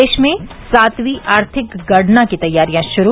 देश में सातवीं आर्थिक गणना की तैयारियां शुरू